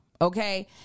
Okay